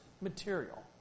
material